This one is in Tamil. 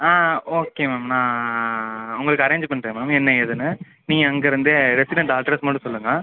ஆ ஓகே மேம் நான் உங்களுக்கு அரேஞ்சு பண்ணுறேன் மேம் என்ன ஏதுன்னு நீங்கள் அங்கே இருந்தே ரெசிடன்ட் அட்ரஸ் மட்டும் சொல்லுங்கள்